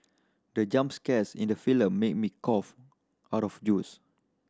the jump scares in the film made me cough out of juice